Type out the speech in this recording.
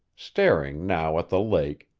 staring now at the lake,